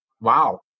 wow